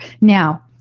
Now